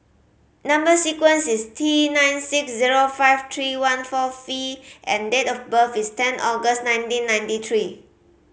number sequence is T nine six zero five three one four V and date of birth is ten August nineteen ninety three